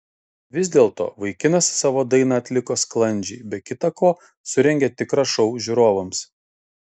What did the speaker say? vis dėlto vaikinas savo dainą atliko sklandžiai be kita ko surengė tikrą šou žiūrovams